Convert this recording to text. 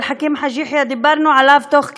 חכים חאג' יחיא דיברנו עליו תוך כדי,